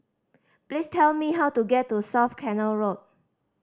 please tell me how to get to South Canal Road